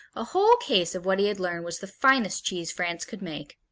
a whole case of what he had learned was the finest cheese france could make.